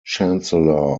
chancellor